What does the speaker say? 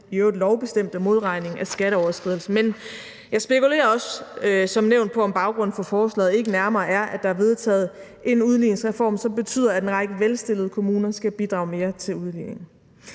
i øvrigt lovbestemte modregning af skatteoverskridelsen. Jeg spekulerer som nævnt også på, om baggrunden for forslaget ikke nærmere er, at der er vedtaget en udligningsreform, som betyder, at en række velstillede kommuner skal bidrage mere til udligningen.